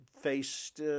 faced